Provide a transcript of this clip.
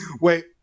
Wait